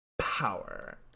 power